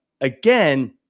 again